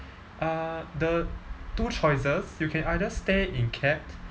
uh the two choices you can either stay in cap